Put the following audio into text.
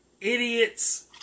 idiots